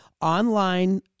online